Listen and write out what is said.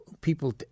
people